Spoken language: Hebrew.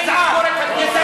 גזען.